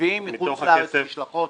מביאים מחוץ לארץ משלחות?